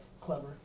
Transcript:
Clever